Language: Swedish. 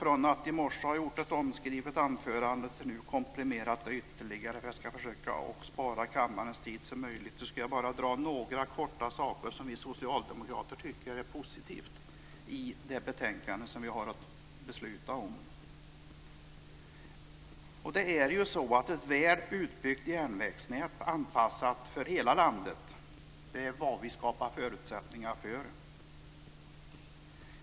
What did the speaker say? Jag gjorde i morse ett omskrivet anförande och har nu komprimerat det ytterligare, för att försöka spara så mycket av kammarens tid som möjligt, och jag ska nu bara dra några korta saker som vi socialdemokrater tycker är positiva i det betänkande vi har att besluta om. Ett väl utbyggt järnvägsnät anpassat för hela landet - det är vad vi nu skapar förutsättningar för.